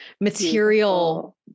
material